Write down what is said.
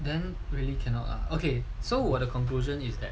then really cannot lah okay so 我的 conclusion is that